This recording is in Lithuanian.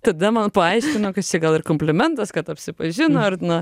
tada man paaiškino gal ir komplimentas kad apsipažino ir na